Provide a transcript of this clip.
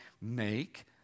make